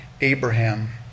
Abraham